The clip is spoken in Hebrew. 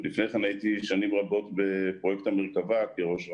ולפני כן הייתי שנים רבות בפרויקט המרכבה כראש רפ"ט,